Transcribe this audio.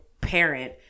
parent